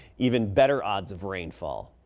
even better odds of rainfall.